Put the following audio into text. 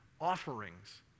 offerings